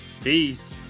Peace